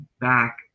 back